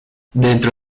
dentro